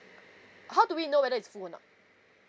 how do we know whether it's full or not